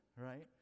right